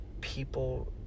people